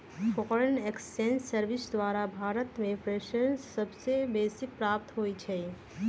foreign exchange service द्वारा भारत में प्रेषण सबसे बेसी प्राप्त होई छै